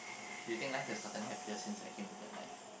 do you think life have gotten happier since I came into your life